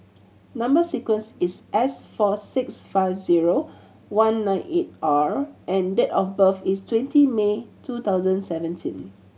number sequence is S four six five zero one nine eight R and date of birth is twenty May two thousand seventeen